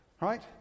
Right